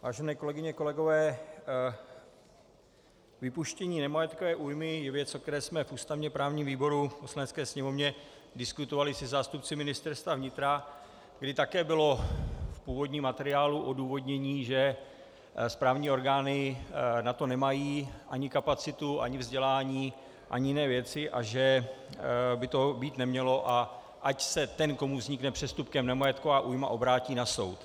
Vážené kolegyně, kolegové, vypuštění nemajetkové újmy je věc, o které jsme v ústavněprávním výboru v Poslanecké sněmovně diskutovali se zástupci Ministerstva vnitra, kdy také bylo v původním materiálu odůvodnění, že správní orgány na to nemají ani kapacitu, ani vzdělání, ani jiné věci a že by to být nemělo, a ať se ten, komu vznikne přestupkem nemajetková újma, obrátí na soud.